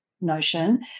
notion